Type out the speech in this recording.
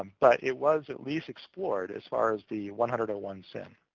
um but it was at least explored as far as the one hundred one sin.